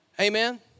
Amen